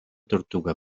tortuga